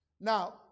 Now